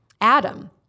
Adam